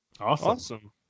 Awesome